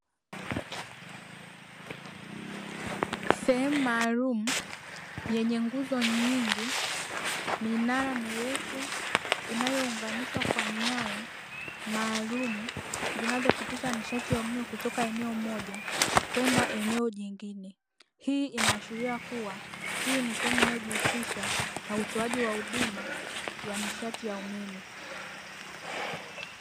Sehemu maalumu yenye nguzo nyingi minara mirefu inayounganishwa kwa nyaya maalumu zinazopitisha nishati ya umeme kutoka eneo moja kwenda eneo jingine. Hii inaashiria kuwa hii ni sehemu inayojihusisha na utoaji wa huduma ya nishati ya umeme.